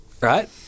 right